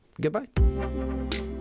Goodbye